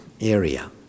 area